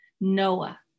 Noah